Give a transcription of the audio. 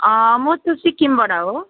म त सिक्किमबाट हो